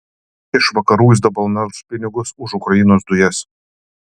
iš vakarų jis dabar melš pinigus už ukrainos dujas